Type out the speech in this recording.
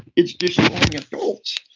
it's destroying adults.